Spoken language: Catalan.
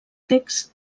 text